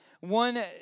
one